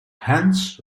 hence